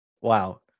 Wow